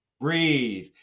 Breathe